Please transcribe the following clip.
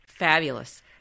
fabulous